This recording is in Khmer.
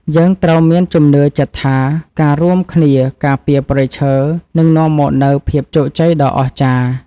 យើងត្រូវមានជំនឿចិត្តថា ការរួមគ្នាការពារព្រៃឈើនឹងនាំមកនូវភាពជោគជ័យដ៏អស្ចារ្យ។